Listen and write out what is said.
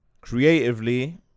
creatively